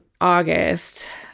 August